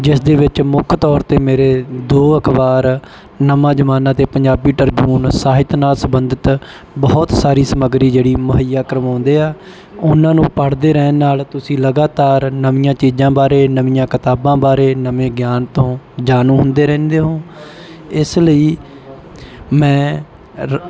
ਜਿਸਦੇ ਵਿੱਚ ਮੁੱਖ ਤੌਰ 'ਤੇ ਮੇਰੇ ਦੋ ਅਖ਼ਬਾਰ ਨਵਾਂ ਜ਼ਮਾਨਾ ਅਤੇ ਪੰਜਾਬੀ ਟ੍ਰਿਬਿਊਨ ਸਾਹਿਤ ਨਾਲ ਸੰਬੰਧਿਤ ਬਹੁਤ ਸਾਰੀ ਸਮੱਗਰੀ ਜਿਹੜੀ ਮੁਹੱਈਆ ਕਰਵਾਉਂਦੇ ਹੈ ਉਨ੍ਹਾਂ ਨੂੰ ਪੜ੍ਹਦੇ ਰਹਿਣ ਨਾਲ ਤੁਸੀਂ ਲਗਾਤਾਰ ਨਵੀਆਂ ਚੀਜ਼ਾਂ ਬਾਰੇ ਨਵੀਆਂ ਕਿਤਾਬਾਂ ਬਾਰੇ ਨਵੇਂ ਗਿਆਨ ਤੋਂ ਜਾਣੂ ਹੁੰਦੇ ਰਹਿੰਦੇ ਹੋ ਇਸ ਲਈ ਮੈਂ ਰੋ